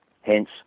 Hence